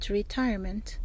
retirement